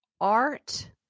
art